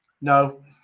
no